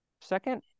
second